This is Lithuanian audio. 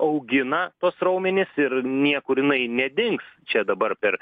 augina tuos raumenis ir niekur jinai nedings čia dabar per